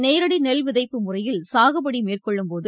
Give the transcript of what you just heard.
நேரடி நெல் விதைப்பு முறையில் சாகுபடி மேற்கொள்ளும்போது